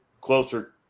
closer